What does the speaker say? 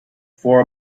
for